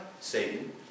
Satan